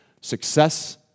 Success